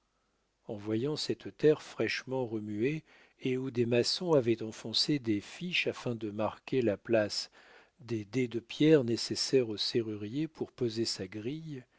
en voyant cette terre fraîchement remuée et où des maçons avaient enfoncé des fiches afin de marquer la place des dés de pierre nécessaires au serrurier pour poser sa grille